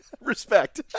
respect